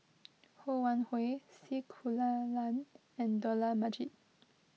Ho Wan Hui C Kunalan and Dollah Majid